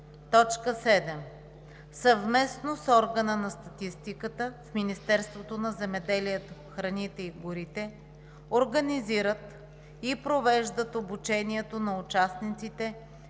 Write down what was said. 7. съвместно с органа на статистиката в Министерството на земеделието, храните и горите организират и провеждат обучението на участниците